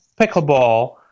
pickleball